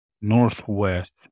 Northwest